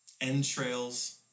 entrails